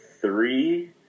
three